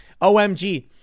OMG